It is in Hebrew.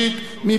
מי בעד?